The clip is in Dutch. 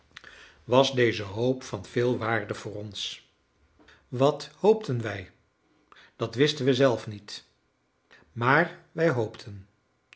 was deze hoop van veel waarde voor ons wat hoopten wij dat wisten we zelf niet maar wij hoopten